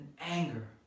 anger